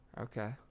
Okay